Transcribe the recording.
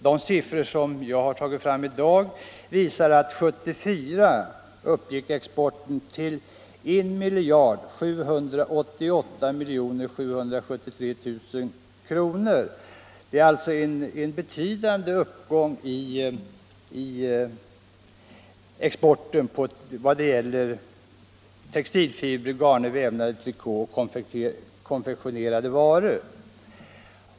De siffror som jag har tagit fram i dag visar att exporten 1974 uppgick till 1788 773 000 kr. Det är alltså en betydande uppgång i exporten när det gäller textilfibrer, garner, vävnader, trikå och konfektionerade varor.